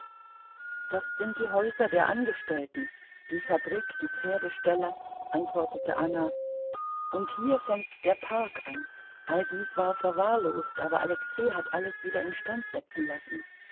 das sind die häuser der angestellten die fabrik die pferdeställe antwortete anna und hier fängt der park an all dies war verwahrlost aber alexei hat alles wieder instand setzen lassen